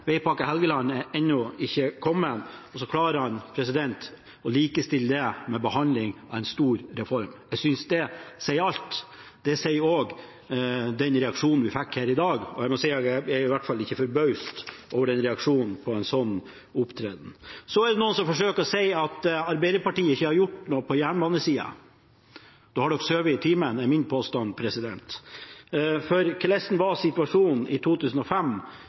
Veipakke Helgeland er ennå ikke kommet, og så klarer han å likestille det med behandlingen av en stor reform. Jeg synes det sier alt. Det sier også den reaksjonen vi fikk her i dag, og jeg må si at jeg i hvert fall ikke er forbauset over den reaksjonen på en sånn opptreden. Det er noen som forsøker å si at Arbeiderpartiet ikke har gjort noe på jernbanesida. Da har de sovet i timen, er min påstand. For hvordan var situasjonen i 2005,